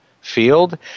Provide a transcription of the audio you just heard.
Field